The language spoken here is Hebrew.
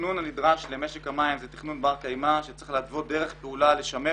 התכנון הנדרש למשק המים הוא תכנון בר קיימא שצריך להתוות דרך פעולה לשמר